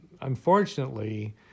unfortunately